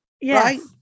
yes